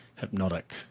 Hypnotic